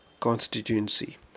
constituency